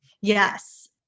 Yes